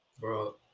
bro